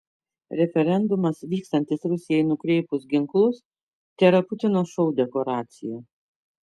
referendumas vykstantis rusijai nukreipus ginklus tėra putino šou dekoracija